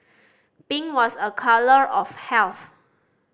pink was a colour of health